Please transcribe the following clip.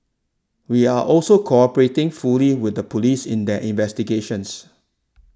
we are also cooperating fully with the police in their investigations